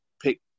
pick